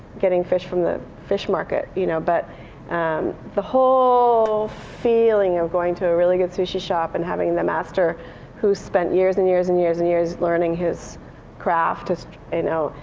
getting fish from the fish market. you know but um the whole feeling of going to a really good sushi shop and having the master who spent years and years and years and years learning his craft